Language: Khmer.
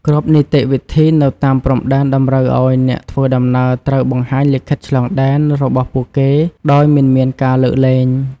គ្រប់នីតិវិធីនៅតាមព្រំដែនតម្រូវឱ្យអ្នកធ្វើដំណើរត្រូវបង្ហាញលិខិតឆ្លងដែនរបស់ពួកគេដោយមិនមានការលើកលែង។